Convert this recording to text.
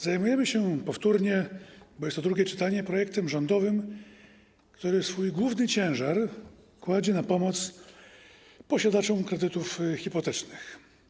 Zajmujemy się powtórnie, bo jest to drugie czytanie, projektem rządowym, który swój główny nacisk kładzie na pomoc posiadaczom kredytów hipotecznych.